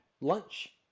lunch